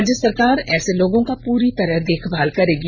राज्य सरकार ऐसे लोगों का पूरी तरह देखभाल करेगी